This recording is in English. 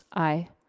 aye.